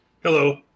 Hello